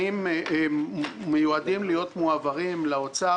מיועדים להיות מועברים לאוצר,